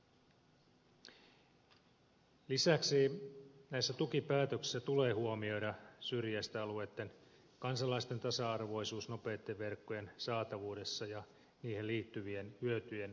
lisäksi näissä tukipäätöksissä tulee huomioida syrjäisten alueitten kansalaisten tasa arvoisuus nopeitten verkkojen saatavuudessa ja niihin liittyvien hyötyjen saatavuudessa